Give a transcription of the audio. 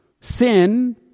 Sin